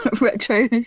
retro